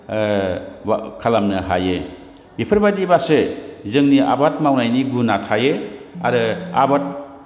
खालामनो हायो बेफोरबायदिबासो जोंनि आबाद मावनायनि गुना थायो आरो आबाद